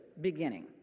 beginning